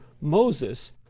Moses